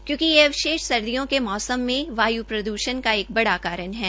क्योंकि ये अवशेष सर्दियों के मौसम में वायु प्रदूषण का एक बड़ा कारण है